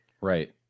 Right